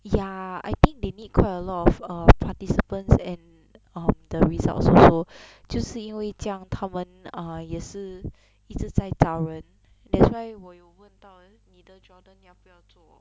ya I think they need quite a lot of err participants and um the results also 就是因为这样他们 um 也是一直在找人 thats why 我又问到你的 jordan 要不要做